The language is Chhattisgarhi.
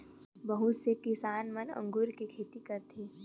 बहुत से किसान मन अगुर के खेती करथ